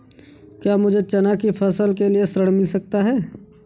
क्या मुझे चना की फसल के लिए ऋण मिल सकता है?